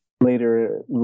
later